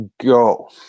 go